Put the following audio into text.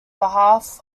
behalf